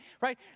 right